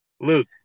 Luke